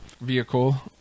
Vehicle